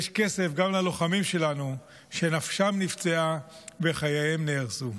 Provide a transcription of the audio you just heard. יש כסף גם ללוחמים שלנו שנפשם נפצעה וחייהם נהרסו.